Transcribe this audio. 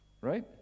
right